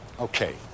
Okay